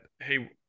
hey